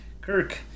Kirk